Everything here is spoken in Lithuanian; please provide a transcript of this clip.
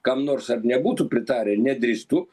kam nors ar nebūtų pritarę nedrįstu